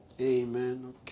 Amen